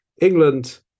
England